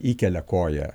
įkelia koją